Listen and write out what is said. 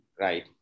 right